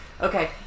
Okay